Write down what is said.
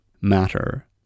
matter